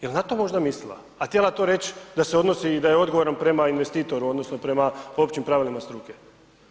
Jel na to možda mislila a htjela to reć da se odnosi i da je odgovoran prema investitoru odnosno prema općim pravilima struke.